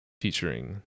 featuring